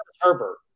Herbert